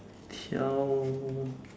tell